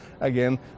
Again